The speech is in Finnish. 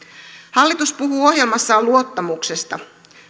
hallitus puhuu ohjelmassaan luottamuksesta